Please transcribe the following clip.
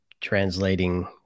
translating